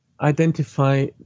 identify